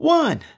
one